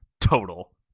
total